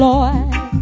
Lord